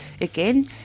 again